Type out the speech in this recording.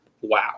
Wow